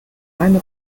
eine